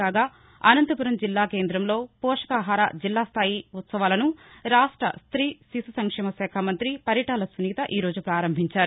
కాగా అనంతపురం జిల్లా కేందంలో పోషకాహార జిల్లా స్టాయి ఉత్సవాలను రాష్ట ప్రీ శిశు సంక్షేమ శాఖ మంత్రి పరిటాల సునీత ప్రారంభించారు